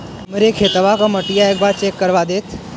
हमरे खेतवा क मटीया एक बार चेक करवा देत?